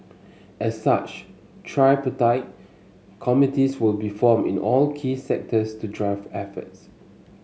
as such tripartite committees will be formed in all key sectors to drive efforts